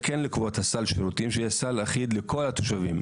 כן לקבוע סל השירותים שיהיה סל אחיד לכל התושבים,